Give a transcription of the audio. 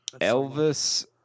Elvis